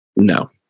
No